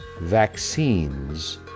vaccines